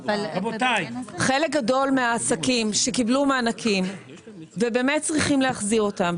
חלק גדול מהעסקים שקיבלו מענקים ובאמת צריכים להחזיר אותם,